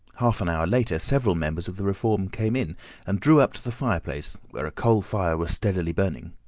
half an hour later several members of the reform came in and drew up to the fireplace, where a coal fire was steadily burning.